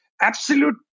Absolute